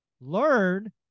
Learn